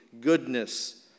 goodness